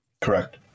Correct